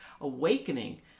awakening